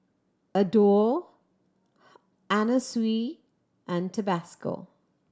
Adore Anna Sui and Tabasco